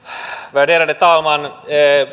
värderade talman